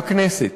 בכנסת.